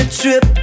trip